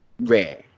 rare